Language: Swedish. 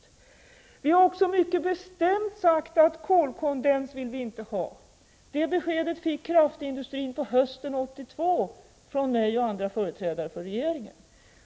För det andra har vi mycket bestämt sagt att vi inte vill ha kolkondens. Det beskedet fick kraftindustrin på hösten 1982 från mig och andra företrädare för regeringen.